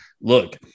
look